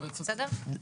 בסדר?